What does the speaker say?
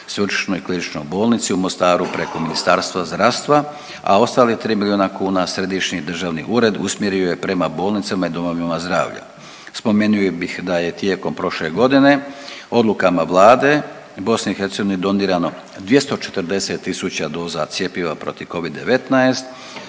Sveučilišnoj kliničkoj bolnici u Mostaru preko Ministarstva zdravstva, a ostalih 3 milijuna kuna središnji državni ured usmjerio je prema bolnicama i domovima zdravlja. Spomenuo bih da je tijekom prošle godine odlukama Vlade BiH donirano 240 tisuća doza cjepiva protiv Covid-19,